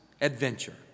adventure